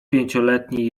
pięcioletni